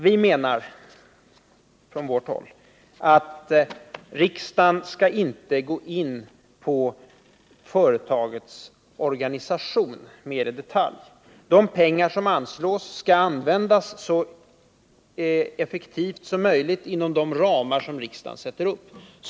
Vi menar på vårt håll att riksdagen inte skall gå in i företagens organisation mer i detalj. De pengar som anslås skall användas så effektivt som möjligt inom de ramar som riksdagen sätter upp.